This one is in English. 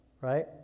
right